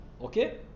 okay